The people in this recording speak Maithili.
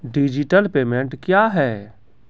डिजिटल पेमेंट क्या हैं?